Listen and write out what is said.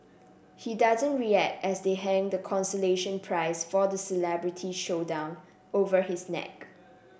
he doesn't react as they hang the consolation prize for the celebrity showdown over his neck